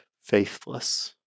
faithless